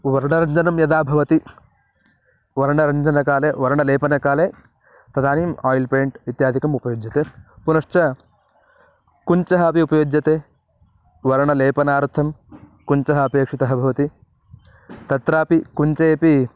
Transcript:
वर्णरञ्जनं यदा भवति वर्णरञ्जनकाले वर्णलेपनकाले तदानीम् एयिल् पेण्ट् इत्यादिकम् उपयुज्यते पुनश्च कुञ्चः अपि उपयुज्यते वर्णलेपनार्थं कुञ्चः अपेक्षितः भवति तत्रापि कुञ्चेपि